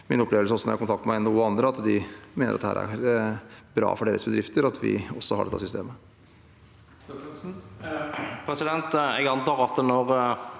jeg er i kontakt med NHO og andre, er at de mener det er bra for deres bedrifter at vi også har dette systemet.